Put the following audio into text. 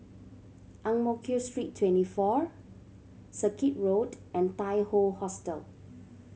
Ang Mo Kio Street Twenty four Circuit Road and Tai Hoe Hostel